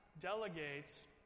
delegates